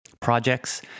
projects